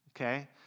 Okay